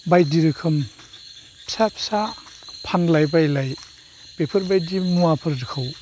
बायदि रोखोम फिसा फिसा फानलाय बायलाय बेफोरबादि मुवाफोरखौ